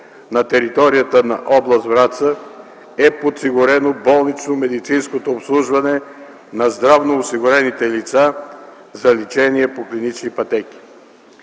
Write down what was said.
на територията на област Враца е подсигурено болнично-медицинското обслужване на здравноосигурените лица за лечение по клинични пътеки.